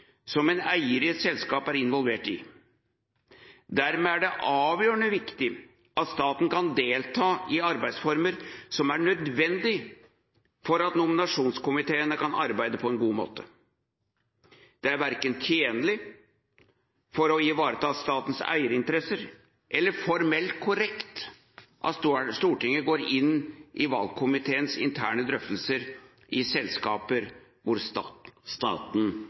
som en eier i et selskap er involvert i. Dermed er det avgjørende viktig at staten kan delta i arbeidsformer som er nødvendig for at nominasjonskomiteene kan arbeide på en god måte. Det er verken tjenlig for å ivareta statens eierinteresser eller formelt korrekt at Stortinget går inn i valgkomiteens interne drøftelser i selskaper hvor staten